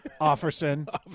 Offerson